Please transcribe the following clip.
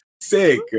sick